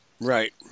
Right